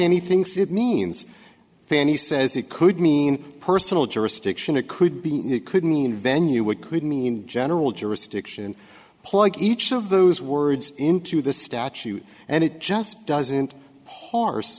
anything sit means fanny says it could mean personal jurisdiction it could be it could mean venue would could mean general jurisdiction plug each of those words into the statute and it just doesn't horse